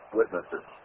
witnesses